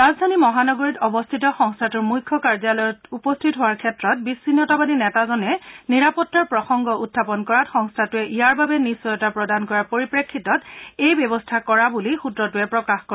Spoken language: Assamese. ৰাজধানী মহানগৰীত অৱস্থিত সংস্থাটোৰ মুখ্য কাৰ্যলয়ত উপস্থিত হোৱাৰ ক্ষেত্ৰত বিছিন্নতাবাদী নেতাজনে নিৰাপত্তাৰ প্ৰসংগ উখাপন কৰাত সংস্থাটোৱে ইয়াৰ বাবে নিশ্চয়তা প্ৰদান কৰাৰ পৰিপ্ৰেক্ষিতত এই ব্যৱস্থা কৰা বুলি সূত্ৰটোৱে প্ৰকাশ কৰে